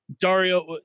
Dario